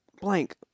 blank